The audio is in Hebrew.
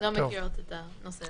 לא מכירות את הנושא הזה.